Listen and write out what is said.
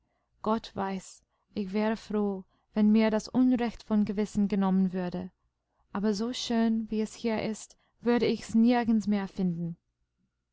gott weiß ich wäre froh wenn mir das unrecht vom gewissen genommen würde aber so schön wie es hier ist würde ich's nirgends mehr finden